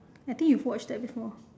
I think you've watched that before